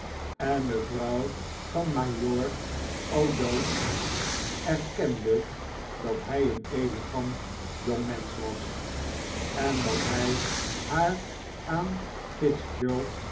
en de vrouw van majoor o'dowd erkende dat hij een elegant jongmensch was en dat hij haar aan